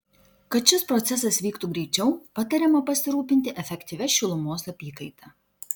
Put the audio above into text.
kad šis procesas vyktų greičiau patariama pasirūpinti efektyvia šilumos apykaita